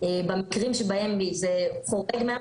במקרים שבהם חורגים,